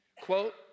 Quote